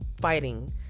fighting